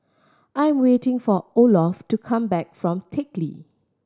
I'm waiting for Olof to come back from Teck Lee